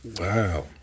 wow